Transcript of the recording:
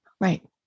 right